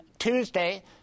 Tuesday